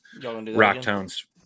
Rocktown's